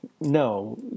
no